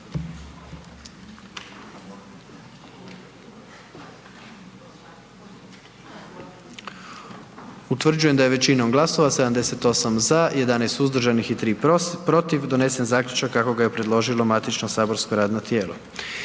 Utvrđujem da je većinom glasova 78 za i 15 suzdržanih donijet zaključak kako ga je predložilo matično saborsko radno tijelo.